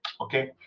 Okay